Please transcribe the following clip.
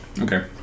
Okay